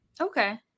Okay